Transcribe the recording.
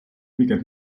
weekend